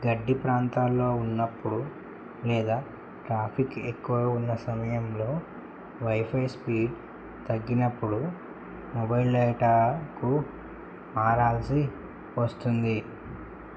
గడ్డి ప్రాంతాలలో ఉన్నప్పుడు లేదా ట్రాఫిక్ ఎక్కువ ఉన్న సమయంలో వైఫై స్పీడ్ తగ్గినప్పుడు మొబైల్ డేటాకు మారాల్సి వస్తుంది